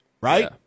right